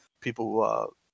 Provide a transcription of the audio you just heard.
People